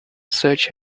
such